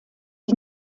die